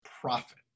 profit